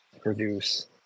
Produce